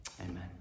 Amen